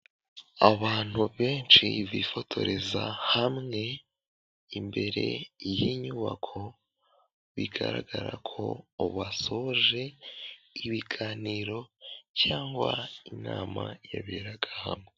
Abantu benshi bifotoreza hamwe imbere y'inyubako, bigaragara ko basoje ibiganiro cyangwa inama yaberaga hano.